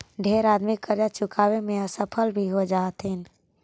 ढेर आदमी करजा चुकाबे में असफल भी हो जा हथिन